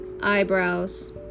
eyebrows